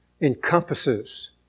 encompasses